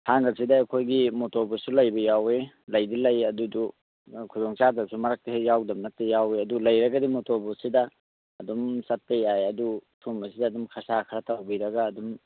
ꯍꯥꯟꯅ ꯁꯤꯗ ꯑꯩꯈꯣꯏꯒꯤ ꯃꯣꯇꯣꯔ ꯕꯨꯠꯁꯨ ꯂꯩꯕ ꯌꯥꯎꯏ ꯂꯩꯗꯤ ꯂꯩ ꯑꯗꯨꯗꯨ ꯈꯨꯗꯣꯡ ꯆꯥꯗꯕꯁꯨ ꯃꯔꯛꯇ ꯍꯦꯛ ꯌꯥꯎꯗꯕ ꯅꯠꯇꯦ ꯌꯥꯎꯏ ꯑꯗꯨ ꯂꯩꯔꯒꯗꯤ ꯃꯣꯇꯣꯔ ꯕꯨꯠꯁꯤꯗ ꯑꯗꯨꯝ ꯆꯠꯄ ꯌꯥꯏ ꯑꯗꯨ ꯁꯨꯝꯕꯁꯤꯗ ꯑꯗꯨꯝ ꯈꯔꯁꯥ ꯈꯔ ꯇꯧꯕꯤꯔꯒ ꯑꯗꯨꯝ